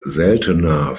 seltener